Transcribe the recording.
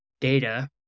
data